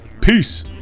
Peace